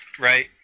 Right